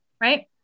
right